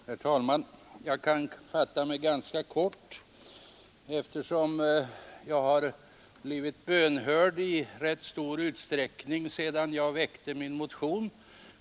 Herr talman! Jag kan fatta mig ganska kort eftersom jag har blivit bönhörd i rätt stor utsträckning sedan jag väckte min motion.